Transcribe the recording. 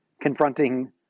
confronting